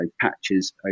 patches